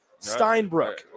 Steinbrook